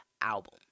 album